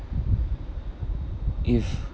if